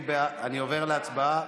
אני עובר להצבעה.